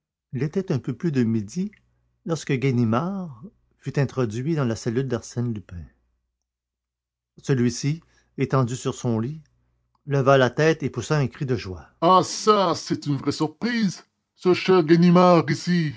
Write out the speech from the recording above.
il était un peu plus de midi lorsque ganimard fut introduit dans la cellule d'arsène lupin celui-ci étendu sur son lit leva la tête et poussa un cri de joie ah ça c'est une vraie surprise ce cher ganimard ici